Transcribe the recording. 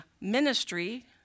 ministry